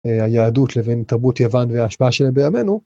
היהדות לבין תרבות יוון וההשפעה שלהם בימינו.